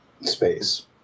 space